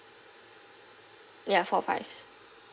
ya four fives